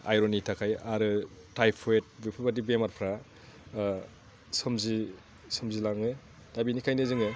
आइर'ननि थाखाय आरो टाइफयद बेफोरबायदि बेमारफ्रा सोमजिलाङो दा बेनिखायनो जोङो